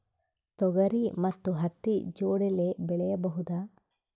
ತೊಗರಿ ಮತ್ತು ಹತ್ತಿ ಜೋಡಿಲೇ ಬೆಳೆಯಬಹುದಾ?